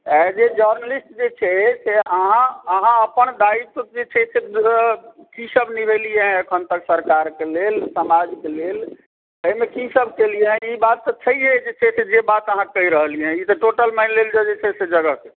आइ जे जर्नालिस्ट जे छै से अहाँ अहाँ अपन दायित्व जे छै से की सब निभेलियै हँ एखन तक सरकारकेँ लेल समाजकेँ लेल एहिमे की सब कयलियै हँ ई बात तऽ छैहे जे छै से जे बात अहाँ कहि रहलियै ई तऽ टोटल मानि लेल जाओ जे छै से जगह